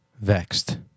vexed